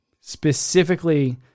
specifically